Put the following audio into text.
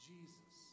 Jesus